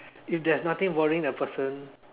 if there's nothing bothering the person